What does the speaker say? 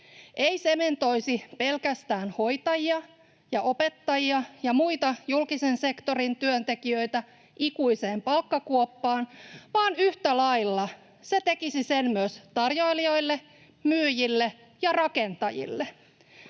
ei sementoisi pelkästään hoitajia ja opettajia ja muita julkisen sektorin työntekijöitä ikuiseen palkkakuoppaan, vaan yhtä lailla se tekisi sen myös tarjoilijoille, myyjille ja rakentajille.